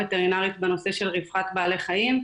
וטרינרית בנושא של רווחת בעלי חיים,